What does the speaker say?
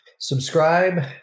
Subscribe